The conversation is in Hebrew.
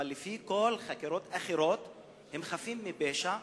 אבל לפי כל החקירות האחרות הם חפים מפשע,